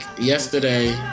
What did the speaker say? yesterday